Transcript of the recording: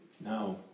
No